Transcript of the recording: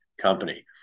company